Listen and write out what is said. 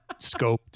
scoped